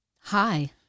Hi